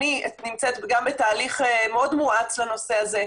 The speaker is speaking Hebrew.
אני נמצאת בתהליך מאוד מואץ בנושא הזה.